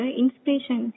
inspiration